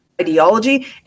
ideology